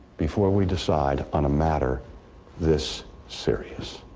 before we decide on a matter this serious.